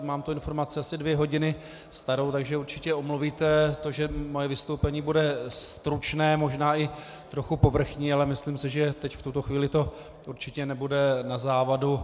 Mám tu informaci asi dvě hodiny starou, takže určitě omluvíte to, že moje vystoupení bude stručné, možná i trochu povrchní, ale myslím si, že teď, v tuto chvíli, to určitě nebude na závadu.